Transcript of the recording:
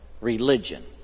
religion